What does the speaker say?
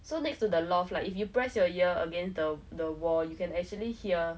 so next to the loft like if you press your ear against the the wall you can actually hear